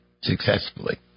successfully